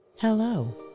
Hello